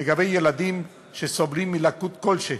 לגבי ילדים שסובלים מלקות כלשהי.